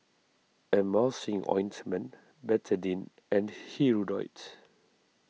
Emulsying Ointment Betadine and Hirudoid